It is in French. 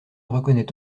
reconnaît